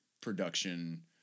production